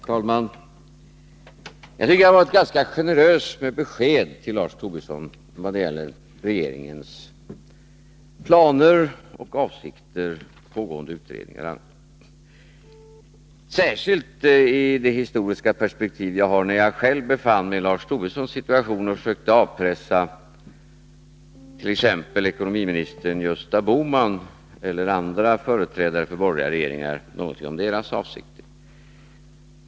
Herr talman! Jag tycker att jag har varit ganska generös med besked till Lars Tobisson vad gäller regeringens planer, avsikter, pågående utredningar och annat, särskilt i det historiska perspektiv jag har från den tid jag själv befann migi Lars Tobissons situation och försökte avpressa ekonomiminister Gösta Bohman eller andra företrädare för borgerliga regeringar någonting om deras avsikter.